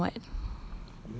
then makan what